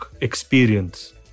experience